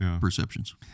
perceptions